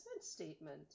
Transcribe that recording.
statement